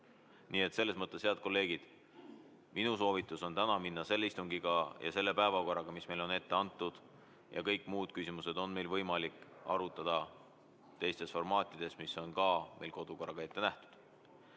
Nii et selles mõttes, head kolleegid, minu soovitus on täna minna edasi selle istungiga ja selle päevakorraga, mis meile on ette antud. Kõiki muid küsimusi on meil võimalik arutada teistes formaatides, mis on meil kodukorras ette nähtud.